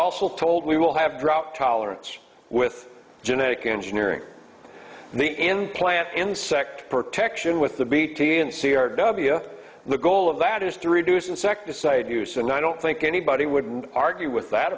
also told we will have drought tolerance with genetic engineering the implant insect protection with the b t n c r w the goal of that is to reduce insecticide use and i don't think anybody would argue with that